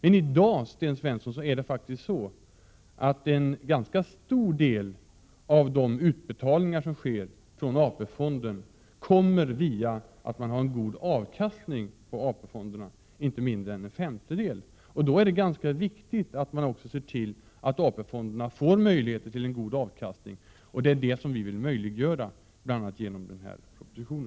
I dag, Sten Svensson, betalas inte mindre än en femtedel av de utbetalningar som sker från AP-fonderna genom den goda avkastningen på fonderna. Då är det ganska viktigt att vi ser till att det blir en god avkastning på AP-fonderna. Det vill vi möjliggöra bl.a. genom denna proposition.